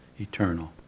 Eternal